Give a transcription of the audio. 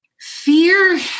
fear